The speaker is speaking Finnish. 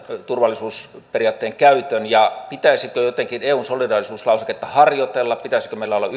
turvallisuusperiaatteen käytön pitäisikö eun solidaarisuuslauseketta jotenkin harjoitella pitäisikö meillä olla